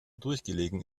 durchgelegen